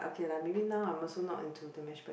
okay lah maybe now I'm also not into the mash pot~